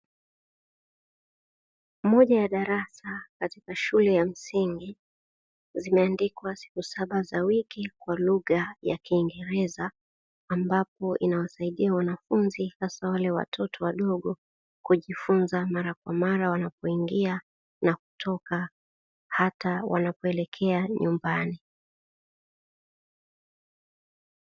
Moja ya darasa katika shule ya msingi zimeandikwa siku saba za wiki kwa lugha ya kiingereza ambapo inawasaidia wanafunzi hasa wale watoto wadogo kujifunza mara kwa mara wanapoingia na kutoka hata wanapoelekea nyumbani."